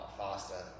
faster